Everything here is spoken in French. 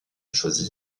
choisi